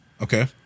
Okay